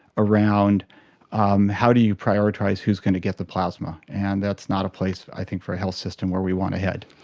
around um how do you prioritise who's going to get the plasma, and that's not a place i think for a health system where we want to head.